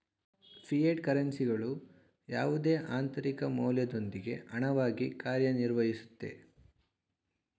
fiat ಕರೆನ್ಸಿಗಳು ಯಾವುದೇ ಆಂತರಿಕ ಮೌಲ್ಯದೊಂದಿಗೆ ಹಣವಾಗಿ ಕಾರ್ಯನಿರ್ವಹಿಸುತ್ತೆ